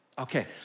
Okay